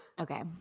Okay